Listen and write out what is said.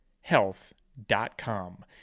health.com